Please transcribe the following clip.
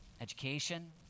education